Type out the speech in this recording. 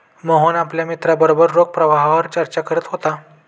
मोहन आपल्या मित्रांबरोबर रोख प्रवाहावर चर्चा करत होता